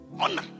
Honor